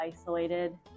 isolated